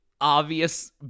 obvious